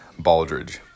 Baldridge